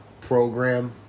Program